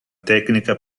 tecnica